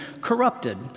corrupted